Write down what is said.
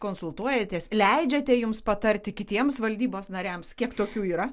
konsultuojatės leidžiate jums patarti kitiems valdybos nariams kiek tokių yra